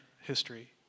history